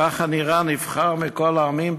ככה נראה נבחר מכל העמים?